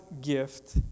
gift